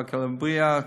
באקה-אלע'רביה,